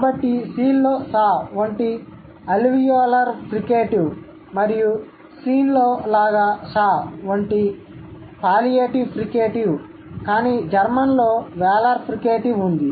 కాబట్టి సీల్లో సా వంటి అల్వియోలార్ ఫ్రికేటివ్ మరియు షీన్లో లాగా షా వంటి పాలియేటివ్ ఫ్రికేటివ్ కానీ జర్మన్లో వేలార్ ఫ్రికేటివ్ ఉంది